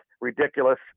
ridiculous